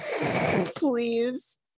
Please